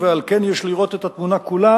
ועל כן יש לראות את התמונה כולה,